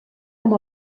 com